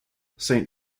saint